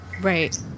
Right